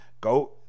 go